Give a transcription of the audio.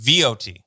VOT